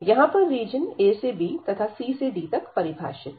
यहां पर region a से b तथा c से d तक परिभाषित है